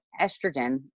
estrogen